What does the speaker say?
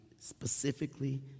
specifically